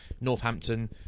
Northampton